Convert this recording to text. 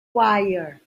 wire